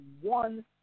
one